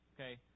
okay